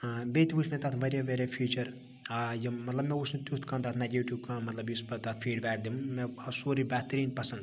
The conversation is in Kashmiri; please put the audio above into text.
بیٚیہِ تہِ وٕچھ مےٚ تتھ واریاہ واریاہ فیٖچَر یِم مَطلَب مےٚ وٕچھ نہٕ تیُتھ کانٛہہ تتھ نیٚگیٹِو کانٛہہ یُس پَتہٕ تتھ فیٖڑ بیک دِمہ مےٚ آو سورُے بہتریٖن پَسَنٛد